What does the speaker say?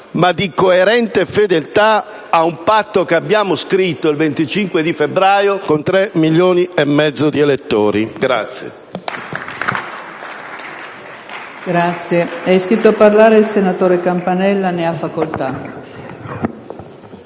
ma di coerente fedeltà a un patto che abbiamo scritto il 25 febbraio con tre milioni e mezzo di elettori.